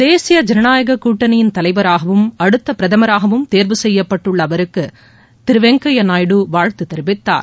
தேசிய ஜனநாயக கூட்டணியின் தலைவராகவும் அடுத்த பிரதமராகவும் தேர்வு செய்யப்பட்டுள்ள அவருக்கு திரு வெங்கையா நாயுடு வாழ்த்து தெரிவித்தார்